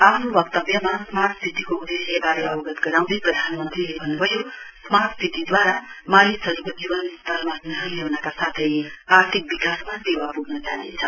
आफ्नो वक्तव्यमा स्मार्ट सिटीको उदेश्यबारे अवगत गराउँदै प्रधानमन्त्रीले भन्न्भयो स्मार्ट सिटीले मानिसहरूको जीवन स्तरमा सुधार ल्याउनका साथै आर्थिक विकासमा टेवा प्ग्न जानेछ